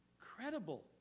Credible